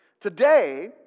Today